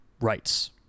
rights